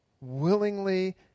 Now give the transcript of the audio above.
willingly